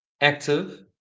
active